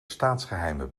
staatsgeheimen